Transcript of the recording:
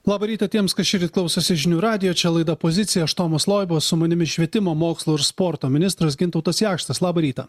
labą rytą tiems kas šįryt klausosi žinių radijo čia laida pozicija aš tomas loiba o su manimi švietimo mokslo ir sporto ministras gintautas jakštas labą rytą